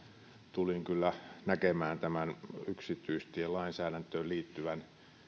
tulin kyllä näkemään tämän yksityistielainsäädäntöön liittyvän